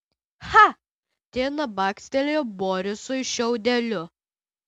cha tina bakstelėjo borisui šiaudeliu